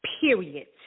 period